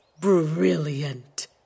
Brilliant